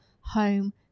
Home